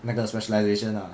那个 specialization lah